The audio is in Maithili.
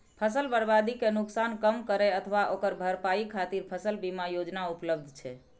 फसल बर्बादी के नुकसान कम करै अथवा ओकर भरपाई खातिर फसल बीमा योजना उपलब्ध छै